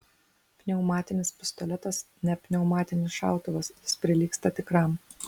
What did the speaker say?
pneumatinis pistoletas ne pneumatinis šautuvas jis prilygsta tikram